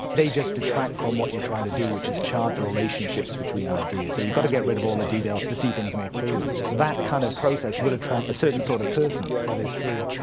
they just detract from what you're trying to do, which is chart the relationships between ideas, so you've got to get rid of all the details to see things more clearly. that kind of process would attract a certain sort of person, that is true.